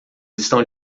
estão